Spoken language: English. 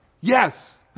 yes